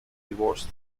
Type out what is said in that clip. divorced